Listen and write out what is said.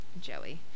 joey